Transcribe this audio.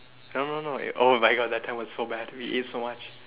I don't know no oh my god but that time was so bad we ate so much